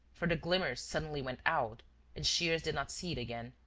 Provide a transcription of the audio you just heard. for the glimmer suddenly went out and shears did not see it again.